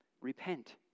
repent